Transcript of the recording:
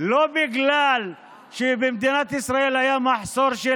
לא בגלל שבמדינת ישראל היה מחסור של